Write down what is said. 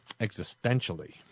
existentially